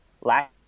last